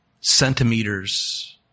Centimeters